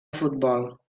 futbol